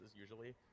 usually